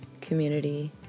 community